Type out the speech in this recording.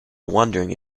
wondering